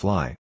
Fly